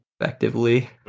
effectively